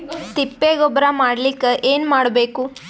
ತಿಪ್ಪೆ ಗೊಬ್ಬರ ಮಾಡಲಿಕ ಏನ್ ಮಾಡಬೇಕು?